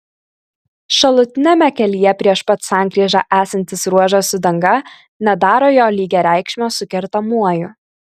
šalutiniame kelyje prieš pat sankryžą esantis ruožas su danga nedaro jo lygiareikšmio su kertamuoju